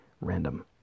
Random